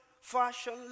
fashion